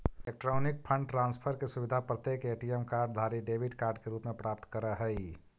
electronic fund transfer के सुविधा प्रत्येक ए.टी.एम कार्ड धारी डेबिट कार्ड के रूप में प्राप्त करऽ हइ